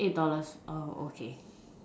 eight dollars oh okay